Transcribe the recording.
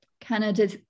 Canada